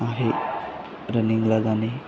आहे रनिंगला जाणे